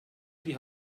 die